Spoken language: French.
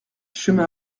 chemin